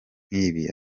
nk’ibi